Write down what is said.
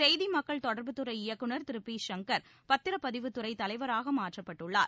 செய்தி மக்கள் தொடர்புத்துறை இயக்குநர் திரு பி சங்கர் பத்திரப்பதிவுத்துறை தலைவராக மாற்றப்பட்டுள்ளார்